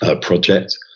project